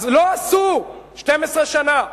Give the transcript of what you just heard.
אז לא עשו 12 שנה.